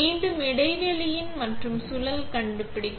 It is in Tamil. மீண்டும் இடைவேளையின் மற்றும் சுழல் கண்டுபிடிக்க